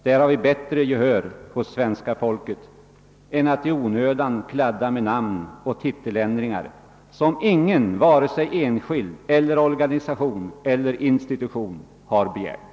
Då vinner vi bättre gehör hos svenska folket än om vi i onödan kladdar med namnoch titeländringar, som ingen, vare sig enskild eller organisation eller institution, har begärt.